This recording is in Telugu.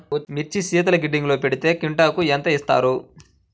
మిర్చి శీతల గిడ్డంగిలో పెడితే క్వింటాలుకు ఎంత ఇస్తారు?